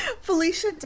Felicia